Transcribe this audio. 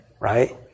Right